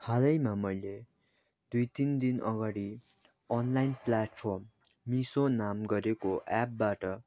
हालैमा मैले दुई तिन दिन अगाडि अनलाइन प्लेटफर्म मिसो नाम गरेको एपबाट